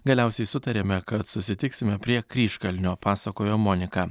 galiausiai sutarėme kad susitiksime prie kryžkalnio pasakojo monika